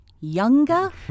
younger